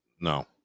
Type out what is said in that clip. no